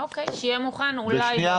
אוקיי, שיהיה מוכן אולי באוקטובר.